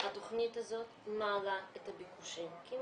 התכנית הזאת מעלה את הביקושים כי היא